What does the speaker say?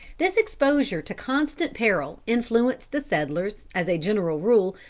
this exposure to constant peril influenced the settlers, as a general rule,